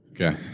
okay